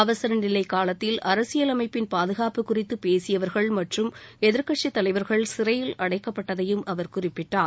அவசரநிலை காலத்தில் அரசியல் அமைப்பின் பாதுகாப்பு குறித்து பேசியவர்கள் மற்றும் எதிர்க்கட்சித் தலைவர்கள் சிறையில் அடைக்கப்பட்டதையும் அவர் குறிப்பிட்டார்